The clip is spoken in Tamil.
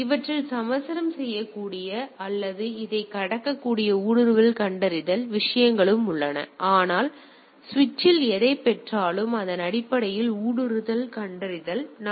இவற்றில் சமரசம் செய்யக்கூடிய அல்லது இதை கடக்கக்கூடிய ஊடுருவல் கண்டறிதல் விஷயங்களும் இதில் உள்ளன ஆனால் சுவிட்சில் எதைப் பெற்றாலும் அதன் அடிப்படையில் ஊடுருவல் கண்டறிதல் உள்ளது